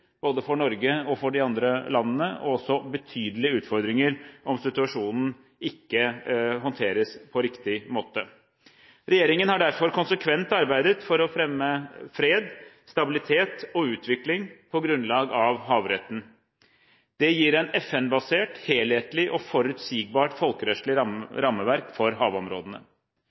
både for Norge og for de andre landene, og også betydelige utfordringer om situasjonen ikke håndteres på riktig måte. Regjeringen har derfor konsekvent arbeidet for å fremme fred, stabilitet og utvikling på grunnlag av havretten. Det gir et FN-basert, helhetlig og forutsigbart folkerettslig rammeverk for havområdene.